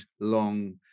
long